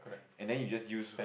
and then you just use